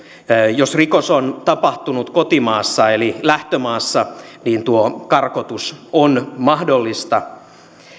jos rikos on tapahtunut kotimaassa eli lähtömaassa karkotus on mahdollista